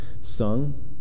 sung